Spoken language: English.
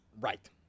Right